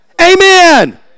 Amen